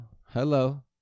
Hello